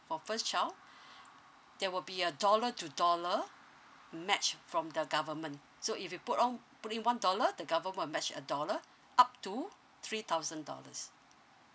for first child there will be a dollar to dollar match from the government so if you put on put in one dollar the government match a dollar up to three thousand dollars